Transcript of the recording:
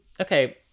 Okay